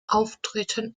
auftreten